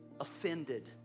offended